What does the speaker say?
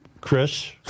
Chris